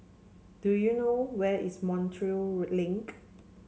do you know where is Montreal Link